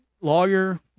lawyer